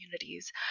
communities